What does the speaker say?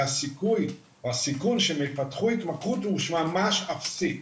והסיכוי או הסיכון שהם יתפתחו התמכרות הוא ממש אפסי.